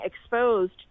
exposed